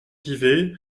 pivet